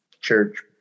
church